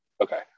okay